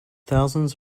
thousands